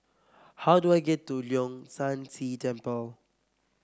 how do I get to Leong San See Temple